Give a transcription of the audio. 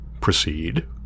Proceed